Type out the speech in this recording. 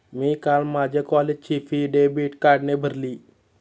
मी काल माझ्या कॉलेजची फी डेबिट कार्डने भरली